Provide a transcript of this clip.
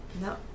No